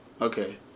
Okay